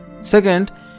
Second